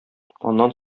аннан